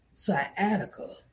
sciatica